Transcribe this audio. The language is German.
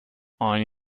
ein